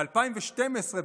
ב-2012,